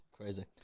crazy